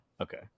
okay